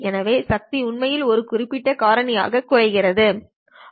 எனவே சக்தி உண்மையில் ஒரு குறிப்பிட்ட காரணியால் குறைகிறது